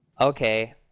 okay